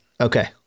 Okay